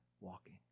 walking